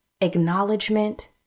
acknowledgement